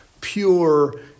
Pure